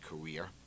career